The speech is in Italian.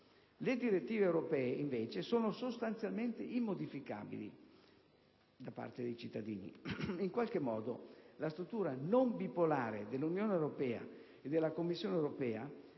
le direttive europee invece sono sostanzialmente immodificabili da parte dei cittadini. In qualche modo, la struttura non bipolare dell'Unione europea e della Commissione europea